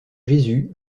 jésus